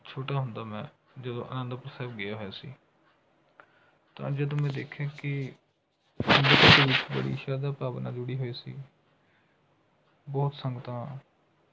ਛੋਟਾ ਹੁੰਦਾ ਮੈਂ ਜਦੋਂ ਆਨੰਦਪੁਰ ਸਾਹਿਬ ਗਿਆ ਹੋਇਆ ਸੀ ਤਾਂ ਜਦੋਂ ਮੈਂ ਦੇਖਿਆ ਕਿ ਬੜੀ ਸ਼ਰਧਾ ਭਾਵਨਾ ਜੁੜੀ ਹੋਈ ਸੀ ਬਹੁਤ ਸੰਗਤਾਂ